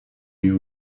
you